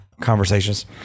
conversations